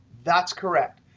that's correct.